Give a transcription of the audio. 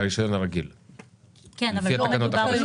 לפי התקנות החדשות, לא?